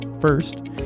First